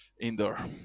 Indoor